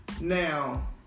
now